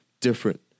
different